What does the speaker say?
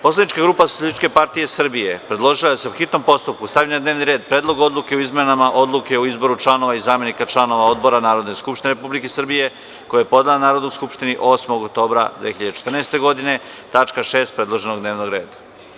Poslanička grupa Socijalistička partija Srbije (SPS) predložila je da se, po hitnom postupku, stavi na dnevni red – Predlog odluke o izmena odluke o izboru članova i zamenika članova odbora Narodne skupštine Republike Srbije, koji je podnela Narodnoj skupštini 8. oktobra 2014. godine, tačka 6. predloženog dnevnog reda.